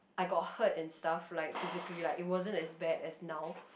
I got hurt and stuff like physically like it wasn't as bad as now